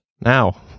now